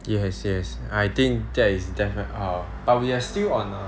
yes yes I think that is def~ err but we are still on